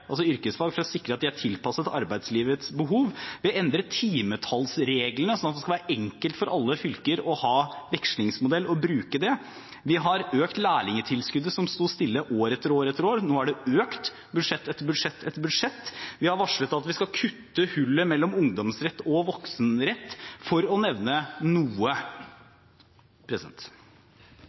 at de er tilpasset arbeidslivets behov, vi har endret timetallsreglene sånn at det skal være enkelt for alle fylker å ha vekslingsmodell og bruke det, vi har økt lærlingtilskuddet som sto stille år etter år, nå er det økt i budsjett etter budsjett, og vi har varslet at vi skal kutte hullet mellom ungdomsrett og voksenrett – for å nevne noe.